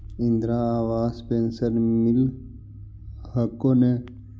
Indira Awas pension मिल हको ने?